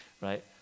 right